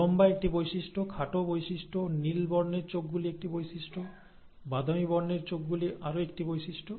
লম্বা একটি বৈশিষ্ট্য বা খাটো বৈশিষ্ট্য নীল বর্ণের চোখগুলি একটি বৈশিষ্ট্য বাদামী বর্ণের চোখগুলি আরও একটি বৈশিষ্ট্য